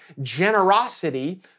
generosity